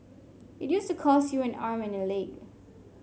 it used to cost you an arm and a leg